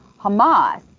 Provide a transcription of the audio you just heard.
hamas